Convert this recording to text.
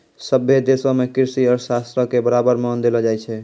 सभ्भे देशो मे कृषि अर्थशास्त्रो के बराबर मान देलो जाय छै